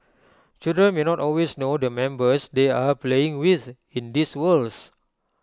children may not always know the members they are playing with in these worlds